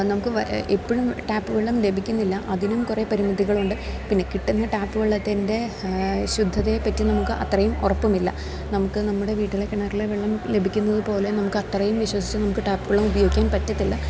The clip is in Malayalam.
നമുക്ക് എപ്പോഴും ടാപ്പ് വെള്ളം ലഭിക്കുന്നില്ല അതിനും കുറേ പരിമിതികളുണ്ട് പിന്നെ കിട്ടുന്ന ടാപ്പ് വെള്ളത്തിൻ്റെ ശുദ്ധതയെ പറ്റി നമുക്ക് അത്രയും ഉറപ്പുമില്ല നമുക്ക് നമ്മുടെ വീട്ടിലെ കിണറിലെ വെള്ളം ലഭിക്കുന്നുന്നത് പോലെ നമുക്കത്രയും വിശ്വസിച്ച് നമുക്ക് ടാപ്പ് വെള്ളം ഉപയോഗിക്കാൻ പറ്റത്തില്ല